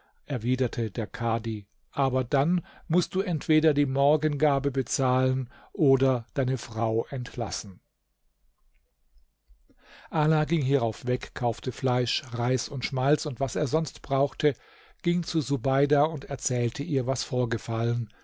erwiderte der kadhi aber dann mußt du entweder die morgengabe bezahlen oder deine frau entlassen ala ging hierauf weg kaufte fleisch reis und schmalz und was er sonst brauchte ging zu subeida und erzählte ihr was vorgefallen